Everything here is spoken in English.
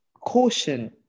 caution